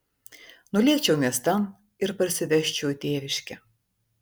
nulėkčiau miestan ir parsivežčiau į tėviškę